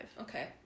Okay